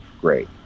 great